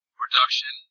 production